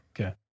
Okay